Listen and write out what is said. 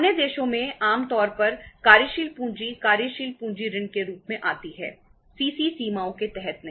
अन्य देशों में आम तौर पर कार्यशील पूंजी कार्यशील पूंजी ऋण के रूप में आती है सीसी सीमाओं के तहत नहीं